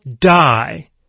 die